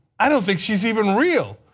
i don't think she is even real.